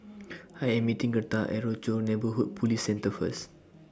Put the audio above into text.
I Am meeting Gertha At Rochor Neighborhood Police Centre First